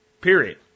period